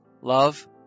love